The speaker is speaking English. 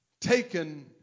taken